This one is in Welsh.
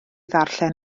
ddarllen